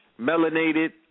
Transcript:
Melanated